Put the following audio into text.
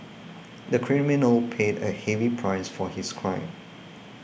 the criminal paid a heavy price for his crime